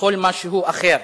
לכל מה שהוא אחר,